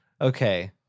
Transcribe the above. Okay